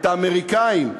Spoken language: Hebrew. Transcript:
את האמריקנים,